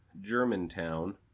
Germantown